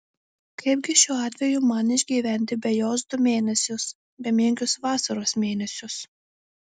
kaipgi šiuo atveju man išgyventi be jos du mėnesius bemiegius vasaros mėnesius